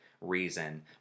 reason